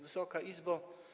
Wysoka Izbo!